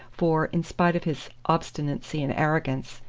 for, in spite of his obstinacy and arrogance,